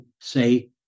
say